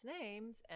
names